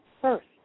first